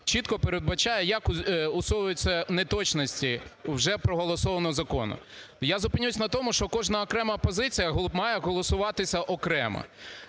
чітко передбачає, як усуваються неточності вже проголосованого закону. Я зупинюся на тому, що кожна окрема позиція має голосуватися окремо.